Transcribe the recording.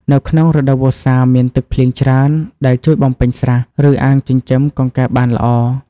នៅក្នុងរដូវវស្សាមានទឹកភ្លៀងច្រើន ដែលជួយបំពេញស្រះ ឬអាងចិញ្ចឹមកង្កែបបានល្អ។